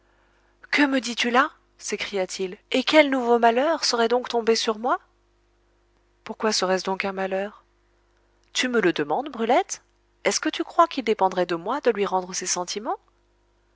que me dis-tu là s'écria-t-il et quel nouveau malheur serait donc tombé sur moi pourquoi serait-ce donc un malheur tu me le demandes brulette est-ce que tu crois qu'il dépendrait de moi de lui rendre ses sentiments